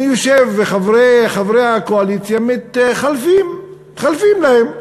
אני יושב וחברי הקואליציה מתחלפים להם,